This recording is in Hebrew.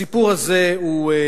הסיפור הזה מיותר.